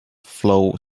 flow